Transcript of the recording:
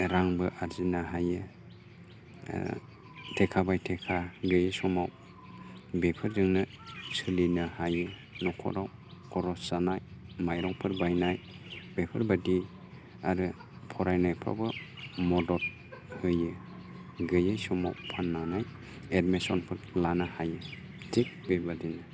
रांबो आरजिनो हायो थेखा बेथेखा गैयि समाव बेफोरजोंनो सोलिनो हायो न'खराव खरस जानाय माइरंफोर बायनाय बेफोरबायदि आरो फरायनायफोरावबो मदद होयो गैयै समाव फाननानै एदमिसन फोर लानो हायो थिक बेबादिनो